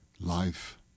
life